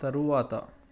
తరువాత